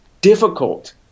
difficult